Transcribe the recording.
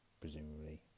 presumably